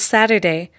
Saturday